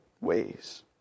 ways